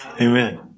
Amen